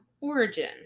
origin